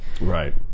Right